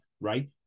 right